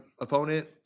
opponent